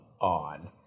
on